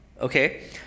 okay